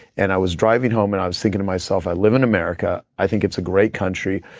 and i was driving home and i was thinking to myself, i live in america, i think it's a great country,